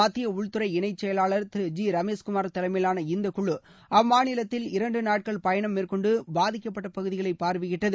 மத்திய உள்துறை இணைச் செயலாளர் திரு ஜி ரமேஷ்குமார் தலைமையிலான இந்த குழு அம்மாநிலத்தில் இரண்டு நாட்கள் பயணம் மேற்கொண்டு பாதிக்கப்பட்ட பகுதிகளை பார்வையிட்டது